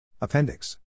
Appendix